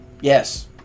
Yes